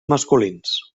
masculins